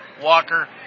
Walker